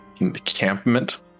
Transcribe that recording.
encampment